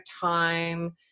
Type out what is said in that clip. time